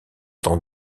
dans